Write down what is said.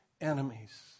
enemies